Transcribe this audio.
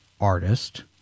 artist